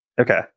Okay